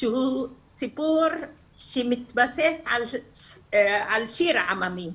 שהוא סיפור שמתבסס על שיר עממי.